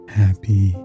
happy